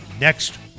next